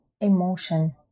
emotion